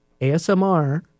ASMR